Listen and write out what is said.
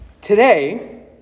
today